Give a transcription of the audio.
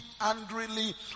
angrily